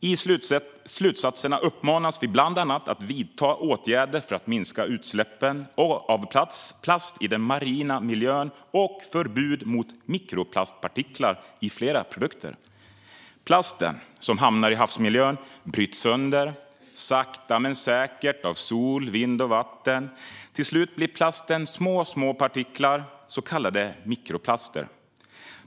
I slutsatserna uppmanas vi bland annat att vidta åtgärder för att minska utsläppen av plast i den marina miljön och införa förbud mot mikroplastartiklar i flera produkter. Den plast som hamnar i havsmiljön bryts sakta men säkert sönder av sol, vind och vatten. Till slut blir plasten mycket små partiklar, så kallade mikroplaster.